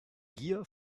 gier